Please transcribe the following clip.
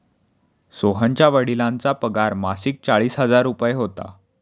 सोहनच्या वडिलांचा पगार मासिक चाळीस हजार रुपये होता